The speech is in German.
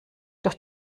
doch